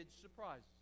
surprises